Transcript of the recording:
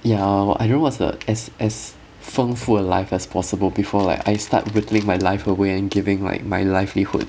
yeah I don't know what's the as as 丰富 life as possible before like I start withering my life away and giving like my livelihood